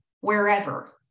wherever